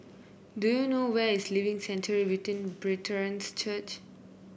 do you know where is Living Sanctuary return Brethren's Church